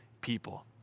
people